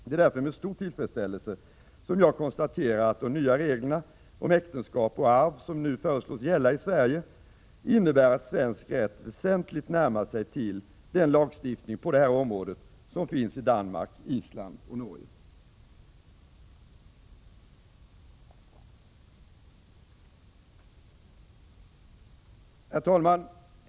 Det är därför med stor tillfredsställelse som jag konstaterar att de nya reglerna om äktenskap och arv som nu föreslås gälla i Sverige innebär att svensk rätt väsentligt närmar sig den lagstiftning på detta område som finns i Danmark, Island och Norge. Herr talman!